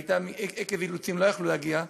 ועקב אילוצים לא יכלו להגיע,